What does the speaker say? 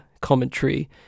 commentary